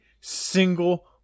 single